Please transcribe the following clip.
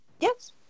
Yes